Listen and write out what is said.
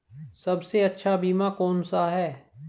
सबसे अच्छा बीमा कौन सा है?